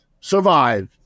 survived